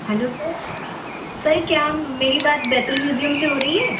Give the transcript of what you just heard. hello sir sir क्या मेरी बात बैतुल म्यूज़ियम से हो रही है